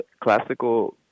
classical